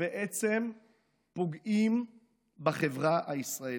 ובעצם פוגעים בחברה הישראלית.